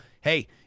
hey